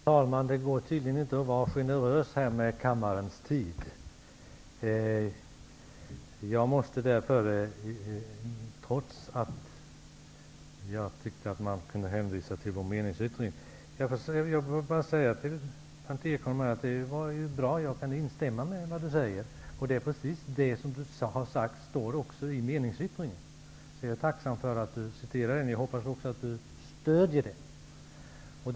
Herr talman! Det går tydligen inte att vara generös och ta hänsyn till kammarens tid. Trots att jag tycker att det räckte med att hänvisa till vår meningsyttring får jag nu ändå lov att gå upp i debatten. Jag kan instämma i det Berndt Ekholm sade. Precis det som Berndt Ekholm har sagt står i meningsyttringen. Jag är tacksam för att det togs upp. Jag hoppas att Berndt Ekholm också stöder meningsyttringen.